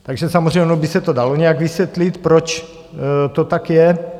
Takže samozřejmě ono by se to dalo nějak vysvětlit, proč to tak je.